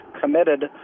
committed